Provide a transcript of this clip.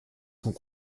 sont